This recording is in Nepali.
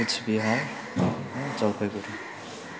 कुचबिहार जलपाइगढी